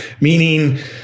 Meaning